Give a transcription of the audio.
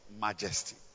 majesty